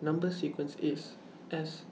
Number sequence IS S